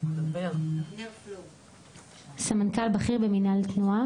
בדיון הזה אנחנו מתעסקים בחניות הנכים,